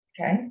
Okay